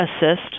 assist